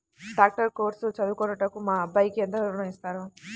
Doctor course చదువుటకు మా అబ్బాయికి ఎంత ఋణం ఇస్తారు?